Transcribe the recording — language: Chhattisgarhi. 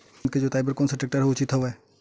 धान के जोताई बर कोन से टेक्टर ह उचित हवय?